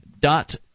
dot